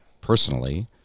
personally